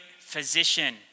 physician